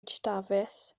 dafis